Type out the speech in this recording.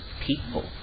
people